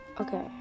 Okay